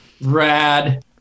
Rad